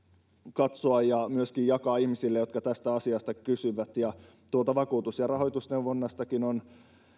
katsoa ja myöskin jakaa ihmisille jotka tästä asiasta kysyvät tuolta vakuutus ja rahoitusneuvonnastakin on